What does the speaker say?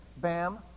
bam